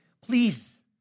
Please